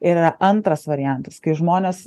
ir yra antras variantas kai žmonės